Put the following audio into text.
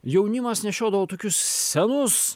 jaunimas nešiodavo tokius senus